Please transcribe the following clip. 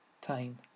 time